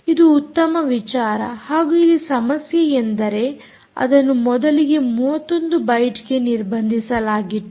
ಇದು ಉತ್ತಮ ವಿಚಾರ ಹಾಗೂ ಇಲ್ಲಿ ಸಮಸ್ಯೆಯೆಂದರೆ ಅದನ್ನು ಮೊದಲಿಗೆ 31 ಬೈಟ್ ಗೆ ನಿರ್ಬಂಧಿಸಲಾಗಿತ್ತು